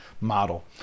model